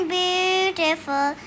beautiful